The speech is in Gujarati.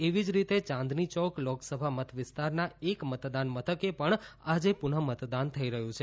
એવી જ રીતે ચાંદનીચોક લોકસભા મતવિસ્તારના એક મતદાન મથકે પણ આજે પુનઃમતદાન થઇ રહ્યું છે